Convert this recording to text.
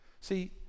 See